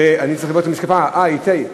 אה, איתי.